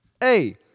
hey